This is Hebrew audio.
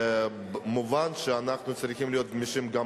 מובן שאנחנו צריכים להיות גמישים גם